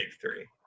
three